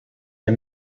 der